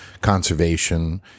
conservation